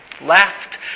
left